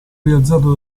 rialzato